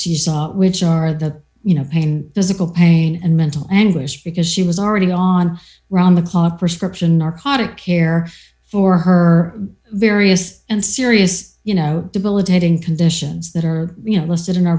she saw which are that you know pain physical pain and mental anguish because she was already on round the clock prescription narcotic care for her various and serious you know debilitating conditions that are you know listed in our